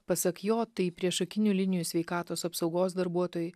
pasak jo tai priešakinių linijų sveikatos apsaugos darbuotojai